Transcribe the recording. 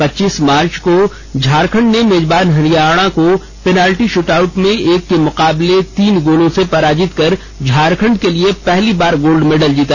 पच्चीस मार्च को झारखंड ने मेजबान हरियाणा को पेनाल्टी शूटआउट में एक के मुकाबले तीन गोलों से पराजित कर झारखंड के लिए पहली बार गोल्ड मेडल जीता